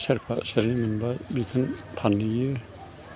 सेरफा सेरनै मोनबा बेखौ फानहैयो